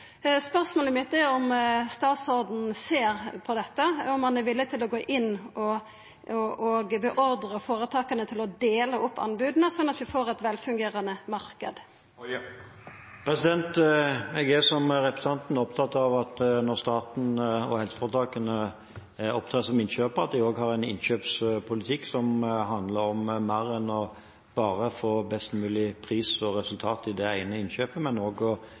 Spørsmålet mitt er om statsråden ser på dette, og om han er villig til å gå inn og beordra føretaka til å dele opp anboda slik at vi får ein velfungerande marknad. Jeg er, som representanten, opptatt av at når staten og helseforetakene opptrer som innkjøpere, har de en innkjøpspolitikk som handler om mer enn bare å få best mulig pris og resultat av det ene innkjøpet, men bidrar også til at det er marked og